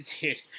Dude